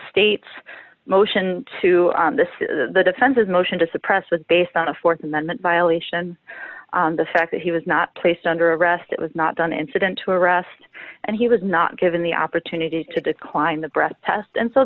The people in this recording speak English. states motion to the defense motion to suppress was based on a th amendment violation the fact that he was not placed under arrest was not done incident to arrest and he was not given the opportunity to decline the breath test and so